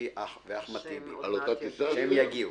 חה"כ אחמד טיבי, והם יגיעו.